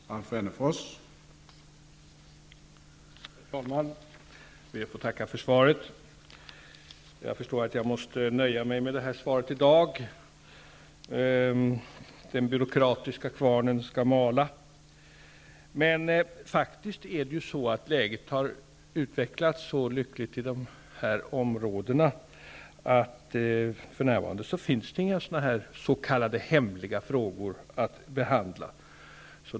Herr talman! Jag ber att få tacka för svaret. Jag förstår att jag måste nöja mig med det här svaret i dag. Den byråkratiska kvarnen skall mala. Läget har faktiskt utvecklats så lyckligt i dessa områden att det för närvarande inte finns några s.k. hemliga frågor att behandla.